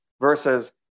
versus